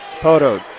Poto